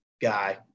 guy